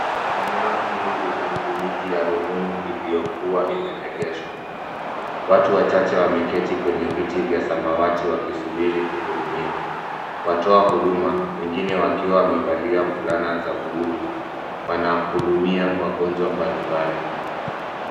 Eneo hili lina kliniki ya rununu iliyokuwa imeegeshwa watu wachache wameketi kwenye viti vya samawati wakisubiri kuhudimiwa watoa huduma wengine wakiwa wamevalia fulana za buluu wanahudumia wagonjwa mbali mbali.